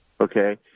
Okay